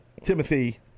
Timothy